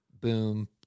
boom